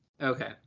okay